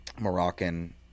Moroccan